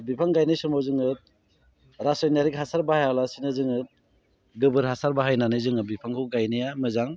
बिफां गायनाय समाव जोङो रासायनारिक हासार बाहायालासिनो जोङो गोबोर हासार बाहायनानै जोङो बिफांखौ गायनाया मोजां